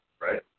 right